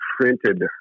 printed